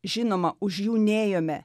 žinoma už jų nėjome